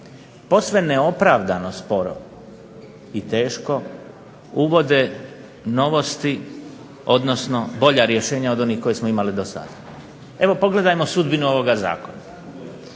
posve neopravdano sporo i teško uvode novosti, odnosno bolja rješenja od onih koje smo imali do sada. Evo pogledajmo sudbinu ovoga zakona.